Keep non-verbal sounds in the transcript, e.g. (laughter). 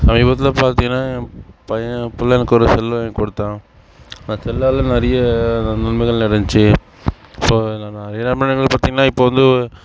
சமீபத்தில் பார்த்தீங்கனா என் பையன் பிள்ளைகளுக்கு ஒரு செல்லு வாங்கி கொடுத்தான் அந்த செல்லால நிறைய நன்மைகள் நடந்துச்சு ஸோ (unintelligible) என்ன நன்மைகள்னு பார்த்தீங்கனா இப்போ வந்து